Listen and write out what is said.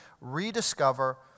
rediscover